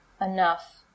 enough